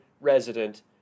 resident